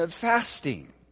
Fasting